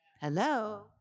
Hello